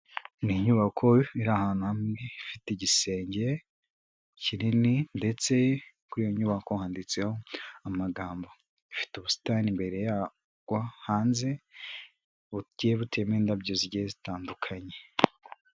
Ni inyubako iri ahantu hamwe, ifite igisenge kinini ndetse kuri iyo nyubako handitseho amagambo. Ifite ubusitani imbere yayo hanze, buteyemo indabyo zigiye zitandukanye.